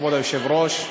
כבוד היושב-ראש,